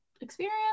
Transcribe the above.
experience